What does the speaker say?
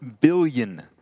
billion